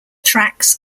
tracks